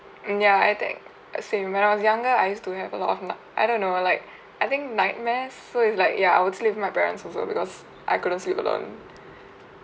mm ya I think uh same when I was younger I used to have a lot of nig~ I don't know like I think nightmares so it's like ya I would sleep with my parents also because I couldn't sleep alone